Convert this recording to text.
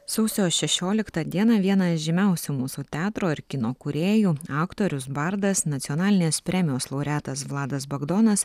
sausio šešioliktą dieną vienas žymiausių mūsų teatro ir kino kūrėjų aktorius bardas nacionalinės premijos laureatas vladas bagdonas